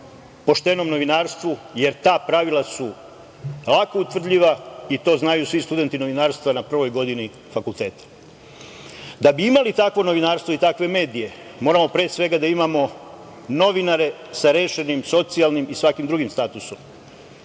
poštenom novinarstvu, jer ta pravila su lako utvrdljiva i to znaju svi studenti novinarstva na prvoj godini fakulteta. Da bi imali takvo novinarstvo i takve medije, moramo pre svega da imamo novinare sa rešenim socijalnim i svakim drugim statusom.